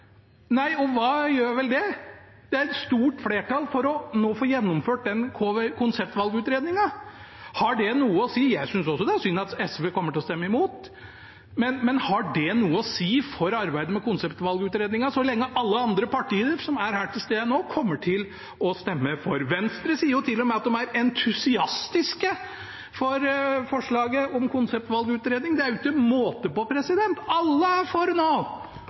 Nei, men hva gjør vel det? Det er et stort flertall for å få gjennomført den konseptvalgutredningen nå, så har det noe å si? Jeg synes også det er synd at SV kommer til å stemme imot, men har det noe å si for arbeidet med konseptvalgutredningen, så lenge alle andre partier som er til stede her nå, kommer til å stemme for? Venstre sier jo til og med at de er entusiastiske for forslaget om konseptvalgutredning. Det er jo ikke måte på – alle er for nå!